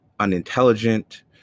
unintelligent